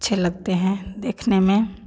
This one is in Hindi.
अच्छे लगते हैं देखने में